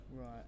Right